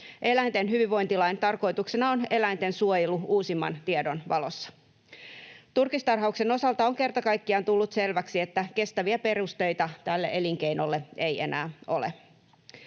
Eläinten hyvinvointilain tarkoituksena on eläinten suojelu uusimman tiedon valossa. Turkistarhauksen osalta on kerta kaikkiaan tullut selväksi, että kestäviä perusteita tälle elinkeinolle ei enää ole.